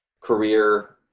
career